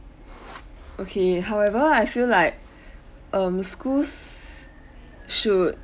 okay however I feel like um schools should